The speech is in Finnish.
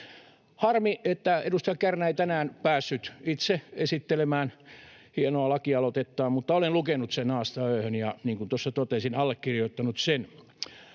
Harmi, että edustaja Kärnä ei tänään päässyt itse esittelemään hienoa lakialoitettaan, mutta olen lukenut sen A:sta Ö:hön ja, niin kuin tuossa totesin, allekirjoittanut sen.